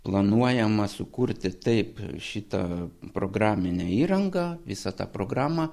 planuojama sukurti taip šitą programinę įrangą visą tą programą